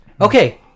Okay